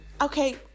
okay